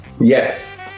Yes